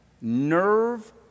nerve